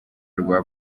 rwa